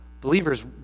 Believers